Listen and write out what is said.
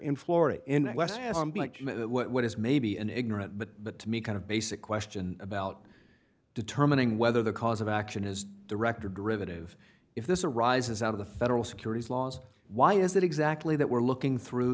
in florida in what is maybe an ignorant but but to me kind of basic question about determining whether the cause of action is director derivative if this arises out of the federal securities laws why is it exactly that we're looking through